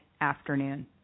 afternoon